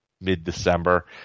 mid-December